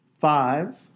Five